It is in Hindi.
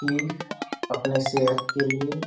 कि अपने सेहत के लिए